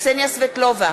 קסניה סבטלובה,